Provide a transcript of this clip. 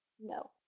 No